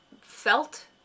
felt